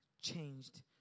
changed